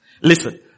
Listen